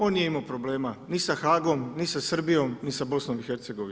On nije imao problema ni sa Haagom ni sa Srbijom ni sa BiH.